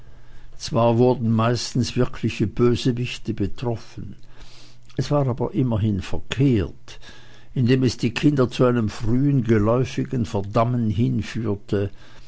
zwar wurden meistens wirkliche bösewichte betroffen es war aber immerhin verkehrt indem es die kinder zu einem frühen geläufigen verdammen hinführte